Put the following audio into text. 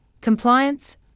compliance